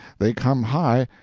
they come high,